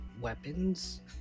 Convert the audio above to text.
weapons